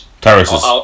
Terraces